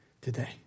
today